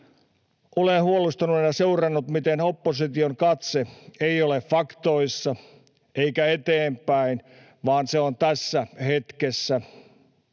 Olen huolestuneena seurannut, miten opposition katse ei ole faktoissa eikä eteenpäin, vaan se on tässä hetkessä.